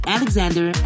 Alexander